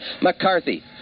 McCarthy